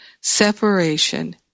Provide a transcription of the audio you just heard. separation